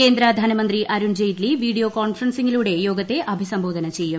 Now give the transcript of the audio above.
കേന്ദ്ര ധനമന്ത്രി അരുൺ ജെയ്റ്റ്ലി വീഡിയോ കോൺഫറൻസിലൂടെ യോഗത്തെ അഭിസംബോധന ചെയ്യും